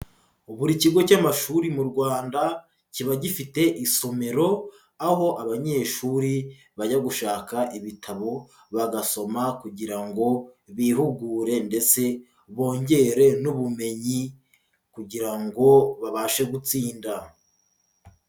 Buri kigo cy'amashuri mu Rwanda kiba gifite isomero aho abanyeshuri bajya gushaka ibitabo bagasoma kugira ngo bihugure ndetse bongere n'ubumenyi kugira ngo babashe gutsinda.